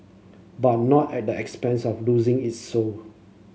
but not at the expense of losing its soul